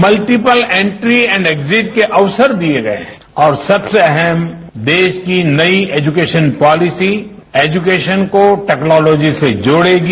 multiple entry and exit के अवसर दिये गये है और सबसे अहम देश की नई एजुकेशन पॉलिसी एजुकेशन को टैक्नोलॉजी से जोड़ेगी